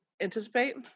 anticipate